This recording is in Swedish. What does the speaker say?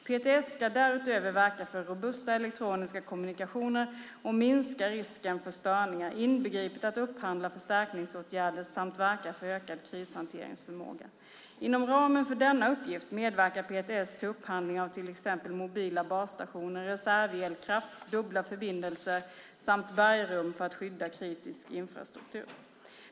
PTS ska därutöver verka för robusta elektroniska kommunikationer och minska risken för störningar, inbegripet att upphandla förstärkningsåtgärder, samt verka för ökad krishanteringsförmåga. Inom ramen för denna uppgift medverkar PTS till upphandling av till exempel mobila basstationer, reservelkraft, dubbla förbindelser samt bergrum, för att skydda kritisk infrastruktur.